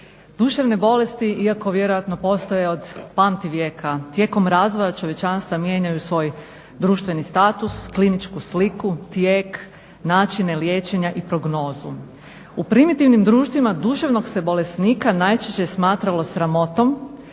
Duševne bolesti iako vjerojatno postoje od pamtivijeka, tijekom razvoja čovječanstva mijenjaju svoj društveni status, kliničku sliku, tijek, načine liječenja i prognozu. U primitivnim društvima duševnog se bolesnika najčešće smatralo sramotom,